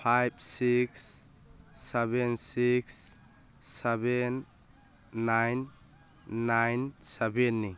five six seven six seven nine nine ꯁꯕꯦꯟꯅꯤ